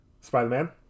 Spider-Man